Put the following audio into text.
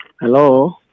Hello